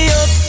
up